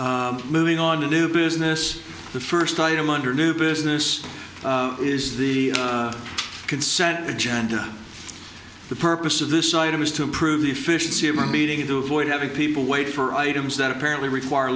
story moving on to do business the first item on her new business is the consent agenda the purpose of this item is to improve the efficiency of our meeting to avoid having people wait for items that apparently require